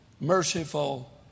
merciful